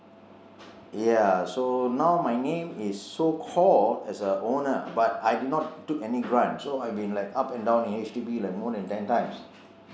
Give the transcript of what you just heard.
ya so now my name is so call as a owner but I did not take any grant so I've been like up and down in H_D_B like more than ten times